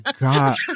God